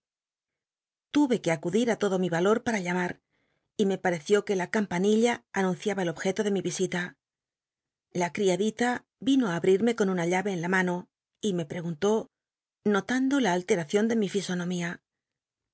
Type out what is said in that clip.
que acudir á todo mi valor para llamar y me pareció que la campanilla anunciaba el objeto de mi isita la cl'iadil t ino ti abrirme con una lhle en la mano y me preguntó notando la alleracion de mi fisonomía